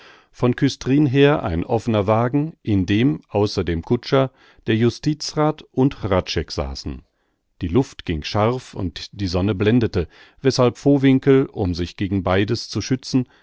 von küstrin her ein offener wagen in dem außer dem kutscher der justizrath und hradscheck saßen die luft ging scharf und die sonne blendete weßhalb vowinkel um sich gegen beides zu schützen